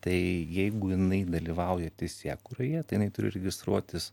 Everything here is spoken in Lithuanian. tai jeigu jinai dalyvauja teisėkūroje tai jinai turi registruotis